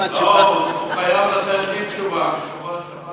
הוא חייב לתת לי תשובה, מהשבוע